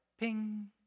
Ping